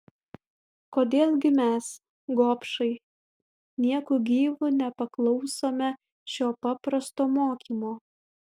kodėl gi mes gobšai nieku gyvu nepaklausome šio paprasto mokymo